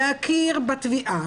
להכיר בתביעה,